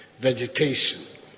vegetation